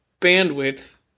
bandwidth